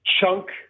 chunk